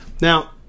Now